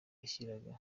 yashiraga